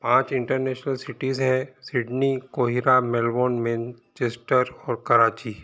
पाँच international cities हैं Sydney काहिरा मेलबर्न मैनचेस्टर और कराची